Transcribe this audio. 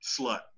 slut